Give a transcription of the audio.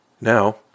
Now